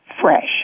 fresh